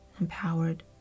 empowered